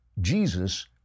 Jesus